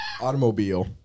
Automobile